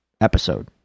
episode